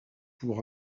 pour